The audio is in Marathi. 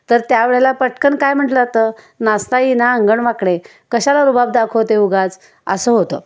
तर त्या वेळेला पटकन काय म्हटलं जातं नाचता येईना अंगण वाकडे कशाला रुबाब दाखवते उगाच असं होतं